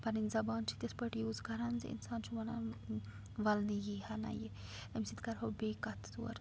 پَنٕنۍ زَبان چھِ تِتھ پٲٹھۍ یوٗز کَران زِ اِنسان چھُ وَنان یی ہا نہٕ یہِ أمس سۭتۍ کَرٕ بہٕ بیٚیہِ کَتھہٕ ژور